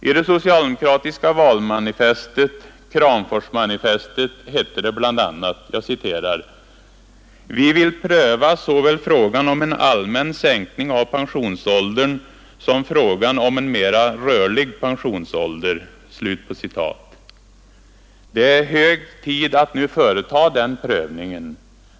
I det socialdemokratiska valmanifestet — Kramforsmanifestet — hette det bl.a.: ”Vi vill pröva såväl frågan om en allmän sänkning av pensionsåldern som frågan om en mera rörlig pensionsålder.” Det är hög tid att nu företa den prövningen.